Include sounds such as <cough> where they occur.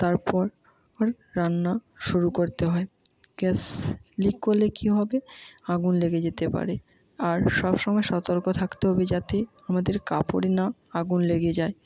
তারপর <unintelligible> রান্না শুরু করতে হয় গ্যাস লিক করলে কি হবে আগুন লেগে যেতে পারে আর সবসময় সতর্ক থাকতে হবে যাতে আমাদের কাপড়ে না আগুন লেগে যায়